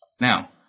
Now